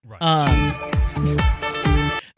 Right